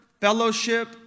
fellowship